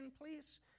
please